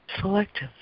Selective